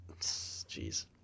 Jeez